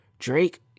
Drake